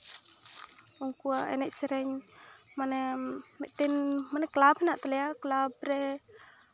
ᱩᱱᱠᱩᱣᱟᱜ ᱮᱱᱮᱡ ᱥᱮᱨᱮᱧ ᱢᱤᱫᱴᱮᱱ ᱢᱟᱱᱮ ᱠᱞᱟᱵᱽ ᱢᱮᱱᱟᱜ ᱛᱟᱞᱮᱭᱟ ᱠᱞᱟᱵᱽ ᱨᱮ